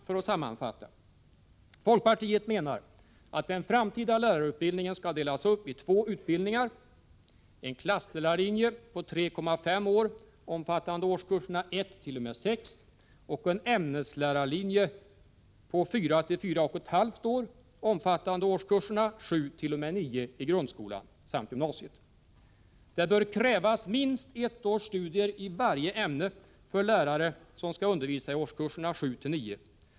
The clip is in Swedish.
För att sammanfatta: Folkpartiet menar att den framtida lärarutbildningen skall delas upp i två utbildningar: en klasslärarlinje på 3,5 år omfattande årskurserna 1-6 och en ämneslärarlinje på 44,5 år omfattande årskurserna 7-9 i grundskolan samt gymnasiet. Det bör krävas minst ett års studier i varje ämne för lärare som skall undervisa i årskurserna 7-9.